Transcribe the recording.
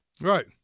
Right